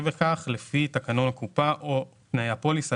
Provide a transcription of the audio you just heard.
בכך לפי תקנון הקופה או תנאי הפוליסה,